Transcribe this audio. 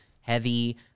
heavy